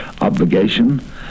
obligation